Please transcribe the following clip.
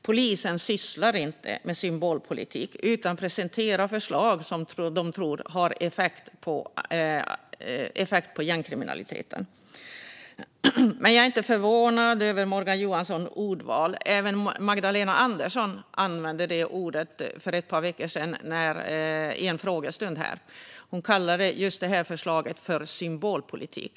Polisen sysslar inte med symbolpolitik utan presenterar förslag på åtgärder som de tror har effekt på gängkriminaliteten. Men jag är inte förvånad över Morgan Johanssons ordval. Även Magdalena Andersson använde det ordet på en frågestund för ett par veckor sedan. Hon kallade det här förslaget symbolpolitik.